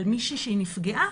על מישהי שנפגעה,